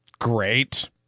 great